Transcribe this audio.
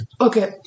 okay